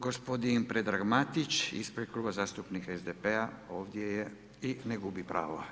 Gospodin Predrag Matić ispred Kluba zastupnika SDP-a, ovdje je i ne gubi pravo.